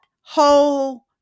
whole